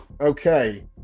okay